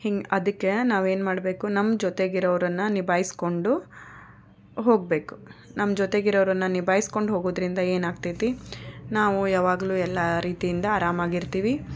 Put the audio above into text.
ಹಿಂಗೆ ಅದಕ್ಕೆ ನಾವೇನು ಮಾಡಬೇಕು ನಮ್ಮ ಜೊತೆಗೆ ಇರುವವರನ್ನು ನಿಭಾಯಿಸಿಕೊಂಡು ಹೋಗಬೇಕು ನಮ್ಮ ಜೊತೆಗೆ ಇರುವವರನ್ನು ನಿಬಾಯಿಸ್ಕೊಂಡು ಹೋಗೋದರಿಂದ ಏನಾಗ್ತೈತಿ ನಾವು ಯಾವಾಗಲೂ ಎಲ್ಲ ರೀತಿಯಿಂದ ಆರಾಮ್ ಆಗಿ ಇರ್ತೀವಿ